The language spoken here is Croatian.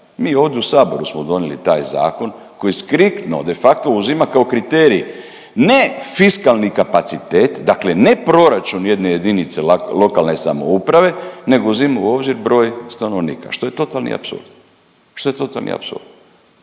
Mi ovdje u Saboru smo donijeli taj zakon koji skriktno, de facto uzima kao kriterij ne fiskalni kapacitet, dakle ne proračun jedne jedinice lokalne samouprave, nego uzima u obzir broj stanovnika, što je totalni apsurd, što je totalni apsurd.